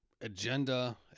Agenda